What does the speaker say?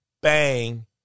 bang